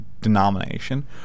denomination